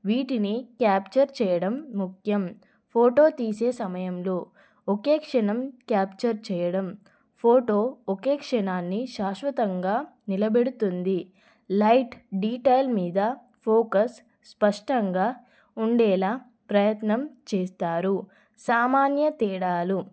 వీటిని క్యాప్చర్ చెయ్యడం ముఖ్యం ఫోటో తీసే సమయంలో ఒకే క్షణం క్యాప్చర్ చేయడం ఫోటో ఒకే క్షణాన్ని శాశ్వతంగా నిలబెడుతుంది లైట్ డీటెయిల్ మీద ఫోకస్ స్పష్టంగా ఉండేలా ప్రయత్నం చేస్తారు సామాన్య తేడాలు